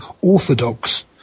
Orthodox